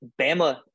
Bama